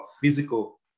physical